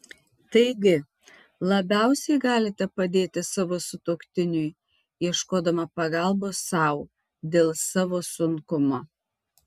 taigi labiausiai galite padėti savo sutuoktiniui ieškodama pagalbos sau dėl savo sunkumo